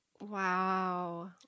Wow